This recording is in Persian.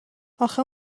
اخه